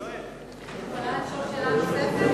אני יכולה לשאול שאלה נוספת?